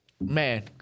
man